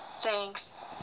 Thanks